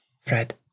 Fred